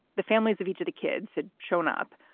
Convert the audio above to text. the families of each of the kids had shown up,